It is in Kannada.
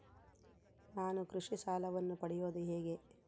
ನಾನು ಕೃಷಿ ಸಾಲವನ್ನು ಪಡೆಯೋದು ಹೇಗೆ?